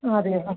ആ അതെ ആ